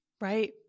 Right